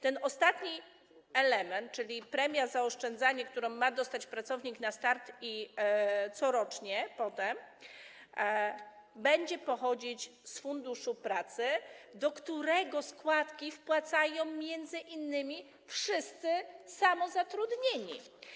Ten ostatni element, czyli premia za oszczędzanie, którą ma dostać pracownik na starcie i otrzymywać potem corocznie, będzie pochodzić z Funduszu Pracy, do którego składki wpłacają m.in. wszyscy samozatrudnieni.